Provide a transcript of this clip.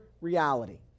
reality